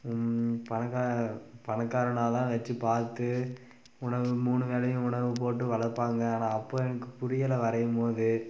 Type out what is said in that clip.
பணக்கா பணக்காரனாதா வச்சு பார்த்து உணவு மூணு வேளையும் உணவு போட்டு வளர்ப்பாங்க ஆனால் அப்போ எனக்கு புரியலை வரையும் போது